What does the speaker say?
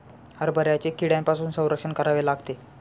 हरभऱ्याचे कीड्यांपासून संरक्षण करावे लागते